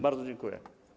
Bardzo dziękuję.